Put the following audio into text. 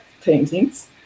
paintings